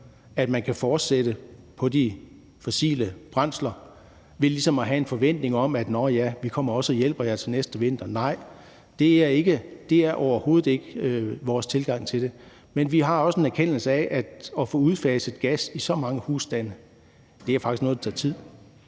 at man kan fortsætte på de fossile brændsler ved ligesom at skabe en forventning om, at vi også kommer og hjælper til næste vinter. Nej, det er overhovedet ikke vores tilgang til det. Men vi har også en erkendelse af, at det at få udfaset gas i så mange husstande faktisk er noget, der tager tid.